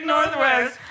Northwest